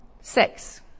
Six